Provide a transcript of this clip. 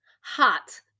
hot